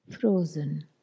frozen